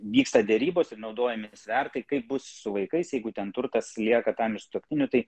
vyksta derybos ir naudojami svertai kaip bus su vaikais jeigu ten turtas lieka tam sutuoktiniui tai